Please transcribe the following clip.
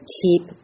keep